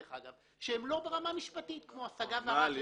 דרך אגב שהם לא ברמה משפטית כמו השגה וערר.